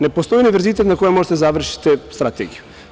Ne postoji univerzitet na kojem možete da završite strategiju.